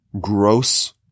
gross